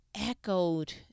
echoed